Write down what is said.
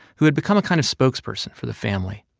who had become a kind of spokesperson for the family.